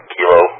Kilo